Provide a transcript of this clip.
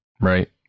right